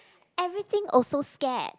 everything also scare